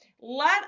Let